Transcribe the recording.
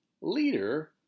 leader